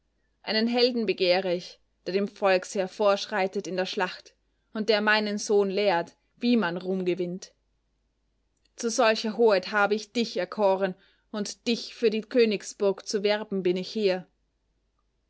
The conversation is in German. einen helden begehre ich der dem volksheer vorschreitet in der schlacht und der meinen sohn lehrt wie man ruhm gewinnt zu solcher hoheit habe ich dich erkoren und dich für die königsburg zu werben bin ich hier